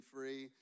Free